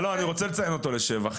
אבל אני רוצה לציין אותו לשבח,